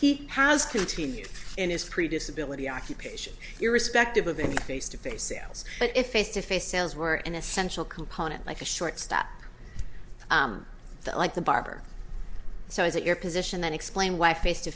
he has continued in his previous ability occupation irrespective of any face to face sales but if it's to face sales were an essential component like a shortstop like the barber so is it your position that explain why face to